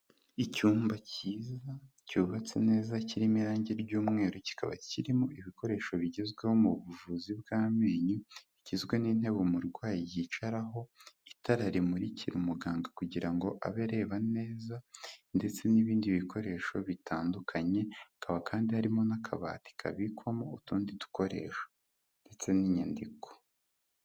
Icyumba cyiza cyubatse neza kirimo irange ry'umweru kikaba kirimo ibikoresho bigezweho mu buvuzi bw'amenyo, bigizwe n'intebe umurwayi yicaraho, itara rimurikira umuganga kugira ngo abe areba neza ndetse n'ibindi bikoresho bitandukanye, akaba kandi harimo n'akabati kabikwamo utundi dukoresho ndetse n'inyandiko.